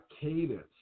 cadence